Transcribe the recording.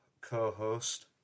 co-host